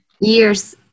years